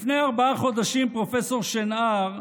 לפני ארבעה חודשים פרופ' שנער,